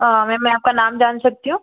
हाँ मैम मैं आपका नाम जान सकती हूँ